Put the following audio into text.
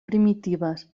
primitives